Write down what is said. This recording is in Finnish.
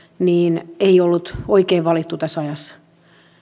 ei ollut oikein valittu tässä ajassa